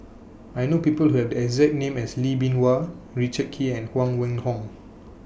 I know People Who Have The exact name as Lee Bee Wah Richard Kee and Huang Wenhong